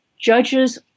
judges